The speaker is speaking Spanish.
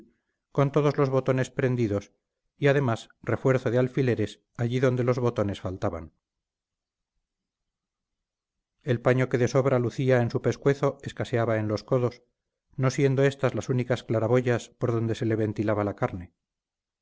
con todos los botones prendidos y además refuerzo de alfileres allí donde los botones faltaban el paño que de sobra lucía en su pescuezo escaseaba en los codos no siendo estas las únicas claraboyas por donde se le ventilaba la carne